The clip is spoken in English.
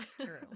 True